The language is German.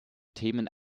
themen